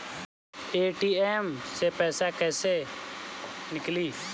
ATM से पैसा कैसे नीकली?